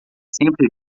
sempre